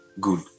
good